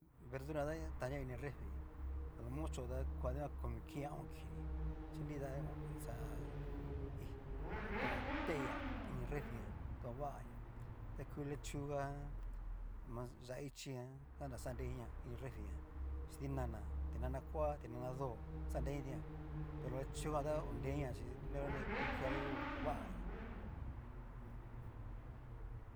Verdura jan ta taoña ini nrefri a lo mucho ta koa komi kii a o'on kini chi nrida xa hí, tatón na teilla refrijan ta ovagaña ta ku lechuga ma yá'a ichi jan xanra xanre inia ini refri jan chin tinana tí nana koa, ti nanado xanre ini kitijan, tu lechuga jan ta horeinia chi lurgoní ku kuia ta hu ovagaña uju.